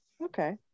Okay